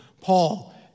Paul